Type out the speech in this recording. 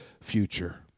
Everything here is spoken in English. future